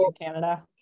Canada